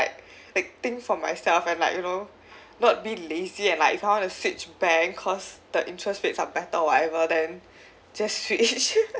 like like think for myself and like you know not be lazy and like if I want to switch banks because the interest rates are better or whatever then just switch